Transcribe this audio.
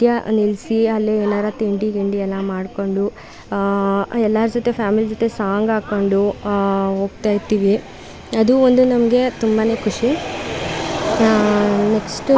ಮಧ್ಯ ನಿಲ್ಲಿಸಿ ಅಲ್ಲಿ ಏನಾದ್ರು ತಿಂಡಿ ಗಿಂಡಿ ಎಲ್ಲ ಮಾಡಿಕೊಂಡು ಎಲ್ಲರ ಜೊತೆ ಫ್ಯಾಮಿಲಿ ಜೊತೆ ಸಾಂಗ್ ಹಾಕ್ಕೊಂಡು ಹೋಗ್ತಾ ಇರ್ತೀವಿ ಅದು ಒಂದು ನಮಗೆ ತುಂಬಾ ಖುಷಿ ನೆಕ್ಸ್ಟು